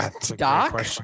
Doc